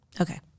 Okay